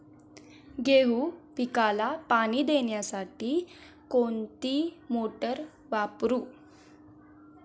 गहू पिकाला पाणी देण्यासाठी कोणती मोटार वापरू?